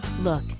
look